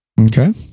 Okay